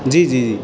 جی جی